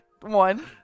One